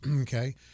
Okay